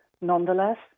Nonetheless